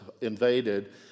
invaded